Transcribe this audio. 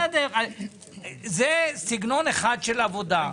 זה סגנון אחד של עבודה.